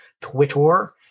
Twitter